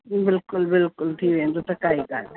बिल्कुलु बिल्कुलु थी वेंदो त काई ॻाल्हि ना